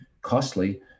costly